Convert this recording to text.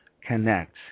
connect